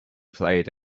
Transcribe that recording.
played